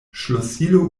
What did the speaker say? ŝlosilo